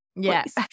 Yes